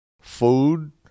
Food